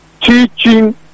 Teaching